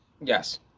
Yes